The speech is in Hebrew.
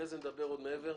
אחרי כן נדבר עוד מעבר.